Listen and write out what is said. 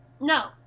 No